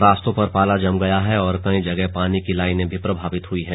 रास्तों पर पाला जम गया है और कई जगह पानी की लाइन भी बाधित हो गई है